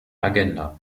agenda